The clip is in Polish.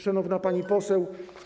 Szanowna Pani Poseł!